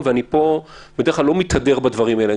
בדרך כלל אני לא מתהדר בדברים האלה,